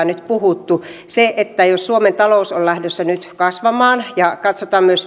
nyt puhuttu otetaan se että jos suomen talous on lähdössä nyt kasvamaan ja katsotaan myös